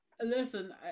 listen